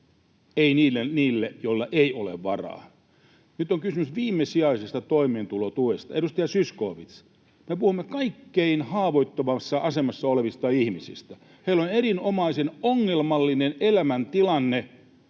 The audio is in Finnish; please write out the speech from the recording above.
ei niiden, joilla ei ole varaa. Nyt on kysymys viimesijaisesta toimeentulotuesta. Edustaja Zyskowicz, me puhumme kaikkein haavoittuvimmassa asemassa olevista ihmisistä. Heillä on erinomaisen ongelmallinen elämäntilanne,